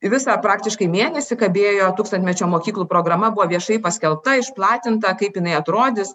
visą praktiškai mėnesį kabėjo tūkstantmečio mokyklų programa buvo viešai paskelbta išplatinta kaip jinai atrodys